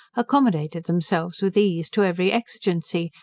accommodated themselves with ease to every exigency,